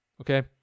Okay